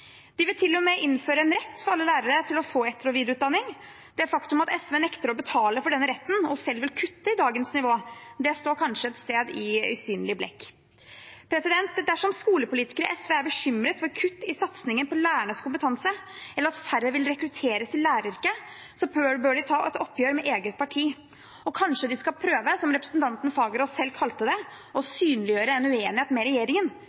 innføre en rett for alle lærere til å få etter- og videreutdanning. Det faktum at SV nekter å betale for denne retten og selv vil kutte i dagens nivå, står kanskje et sted i usynlig blekk. Dersom skolepolitikere i SV er bekymret for kutt i satsingen på lærernes kompetanse, eller at færre vil rekrutteres til læreryrket, bør de ta et oppgjør med eget parti. Kanskje skal de prøve, som representanten Fagerås selv kalte det, å synliggjøre en uenighet med regjeringen